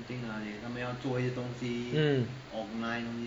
mm